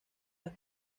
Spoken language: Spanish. las